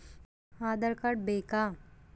Aadhaar card ಬೇಕಾ?